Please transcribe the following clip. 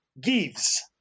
gives